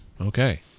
okay